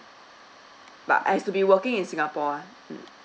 but has to be working in singapore ah